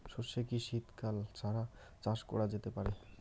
সর্ষে কি শীত কাল ছাড়া চাষ করা যেতে পারে?